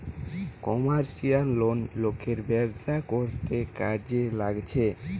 commercial loan লোকের ব্যবসা করতে কাজে লাগছে